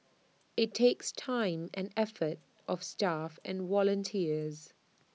IT takes time and effort of staff and volunteers